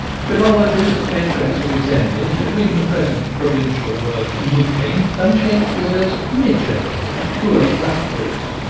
philologists may trace a resemblance between the present provincial word mouching and shakspeare's mitcher who ate blackberries.